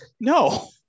no